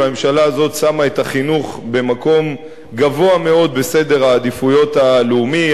והממשלה הזאת שמו את החינוך במקום גבוה מאוד בסדר העדיפויות הלאומי.